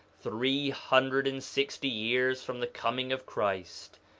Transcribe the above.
three hundred and sixty years from the coming of christ,